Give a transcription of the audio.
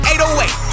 808